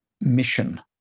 mission